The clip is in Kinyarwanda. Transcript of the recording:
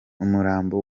umurambo